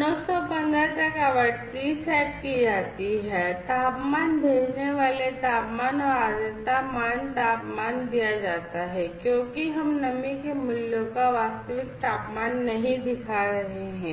915 तक आवृत्ति सेट की जाती है तापमान भेजने वाले तापमान और आर्द्रता मान तापमान दिया जाता है क्योंकि हम नमी के मूल्यों का वास्तविक तापमान नहीं दिखा रहे हैं